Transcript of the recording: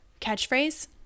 catchphrase